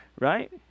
right